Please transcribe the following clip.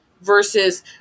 versus